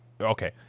Okay